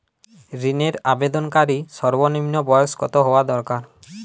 ঋণের আবেদনকারী সর্বনিন্ম বয়স কতো হওয়া দরকার?